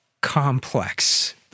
complex